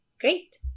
great